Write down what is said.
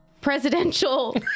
presidential